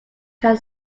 can